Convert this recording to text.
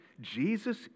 Jesus